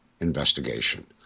investigation